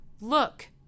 Look